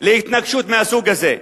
להתנגשות מהסוג הזה.